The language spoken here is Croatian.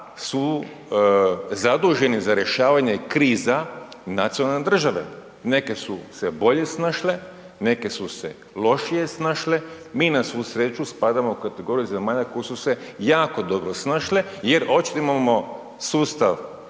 su zaduženi za rješavanja kriza nacionalne države. Neke su se bolje snašle, neke su se lošije snašle, mi na svu sreću spadamo u kategoriju zemalja koje su se jako dobro snašle jer očito imamo sustav,